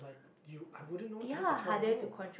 you I wouldn't know until they twelve year old